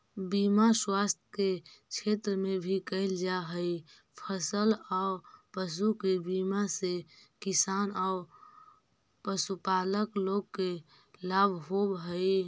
बीमा स्वास्थ्य के क्षेत्र में भी कैल जा हई, फसल औ पशु के बीमा से किसान औ पशुपालक लोग के लाभ होवऽ हई